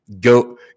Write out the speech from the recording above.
go